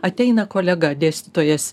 ateina kolega dėstytojas